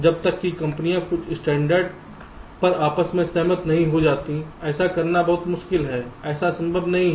जब तक कि कंपनियां कुछ स्टैण्डर्ड पर आपस में सहमत नहीं होती हैं ऐसा करना बहुत मुश्किल है ऐसा संभव नहीं है